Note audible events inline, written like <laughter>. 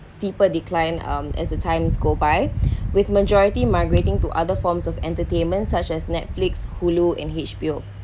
steeper decline um as the times go by <breath> with majority migrating to other forms of entertainment such as netflix hulu and H_B_O